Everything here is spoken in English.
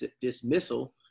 dismissal